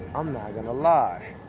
i'm not gonna lie,